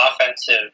offensive